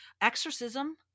exorcism